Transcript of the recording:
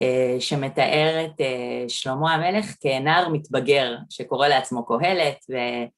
שמתאר את שלמה המלך כנער מתבגר שקורא לעצמו קהלת.